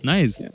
Nice